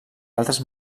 altres